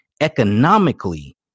Economically